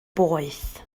boeth